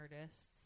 artists